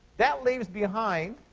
that leaves behind